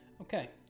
okay